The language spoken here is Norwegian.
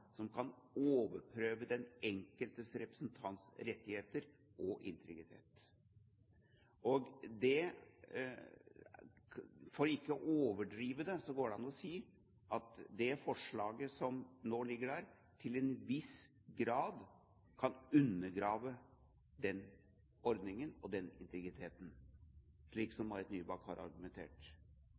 sådant kan overprøve den enkelte representants rettigheter og integritet. For ikke å overdrive går det an å si at det forslaget som nå ligger der, til en viss grad kan undergrave den ordningen og den integriteten, slik som Marit Nybakk har argumentert.